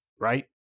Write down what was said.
right